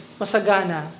masagana